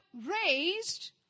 raised